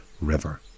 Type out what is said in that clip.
River